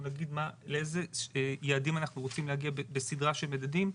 אנחנו נגיד לאיזה יעדים אנחנו רוצים להגיע בסדרה של מדדים,